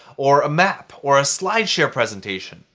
or a map, or a slideshare presentation.